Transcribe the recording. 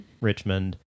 Richmond